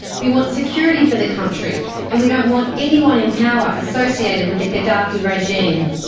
we want security for the country and we don't want anyone in power associated with the gaddafi regime.